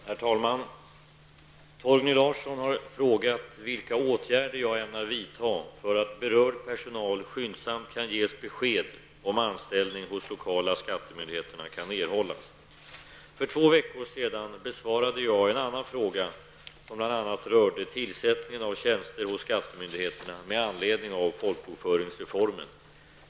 Herr talman! Torgny Larsson har frågat vilka åtgärder jag ämnar vidta för att berörd personal skyndsamt kan ges besked om huruvida anställning hos de lokala skattemyndigheterna kan erhållas. För två veckor sedan besvarade jag en annan fråga som bl.a. rörde tillsättningen av tjänster hos skattemyndigheterna med anledning av folkbokföringsreformen.